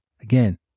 Again